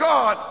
God